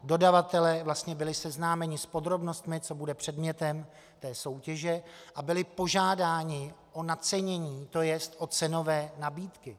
Dodavatelé vlastně byli seznámeni s podrobnostmi, co bude předmětem soutěže, a byli požádáni o nacenění, to jest o cenové nabídky.